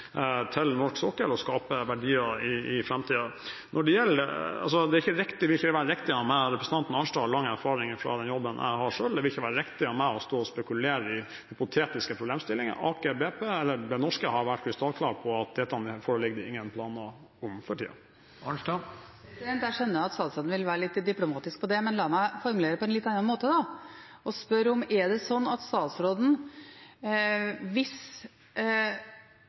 til norsk sokkel og skape verdier i framtiden. Det vil ikke være riktig av meg – representanten Arnstad har selv lang erfaring fra den jobben jeg har – å spekulere på hypotetiske problemstillinger. Aker BP, eller Det norske, har vært krystallklar på at dette foreligger det ingen planer om for tiden. Jeg skjønner at statsråden vil være litt diplomatisk, men la meg formulere det på en litt annen måte og spørre: Er det slik at statsråden, hvis